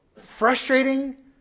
Frustrating